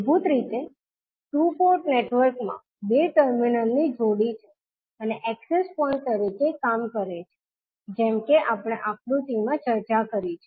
મૂળભૂત રીતે two port નેટવર્કમાં બે ટર્મિનલની જોડી છે અને એક્સેસ પોઇન્ટ તરીકે કામ કરે છે જેમ કે આપણે આ આકૃતિમાં ચર્ચા કરી છે